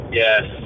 yes